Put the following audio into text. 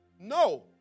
No